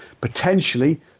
potentially